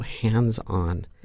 hands-on